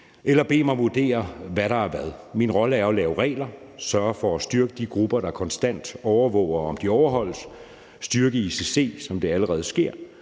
eller at vurdere, hvad der er hvad. Min rolle er at lave regler, sørge for at styrke de grupper, der konstant overvåger, om de overholdes, styrke ICC, hvad der allerede sker,